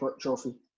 trophy